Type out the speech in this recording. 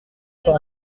pas